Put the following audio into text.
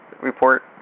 report